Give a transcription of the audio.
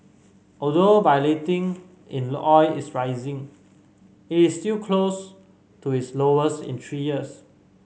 although volatility in oil is rising it is still close to its lowest in three years